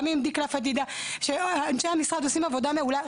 גם עם דקלה פדידה שאנשי המשרד עושים עבודה מעולה.